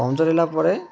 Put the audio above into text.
puncture ହେଲା ପରେ